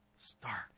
stark